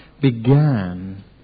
began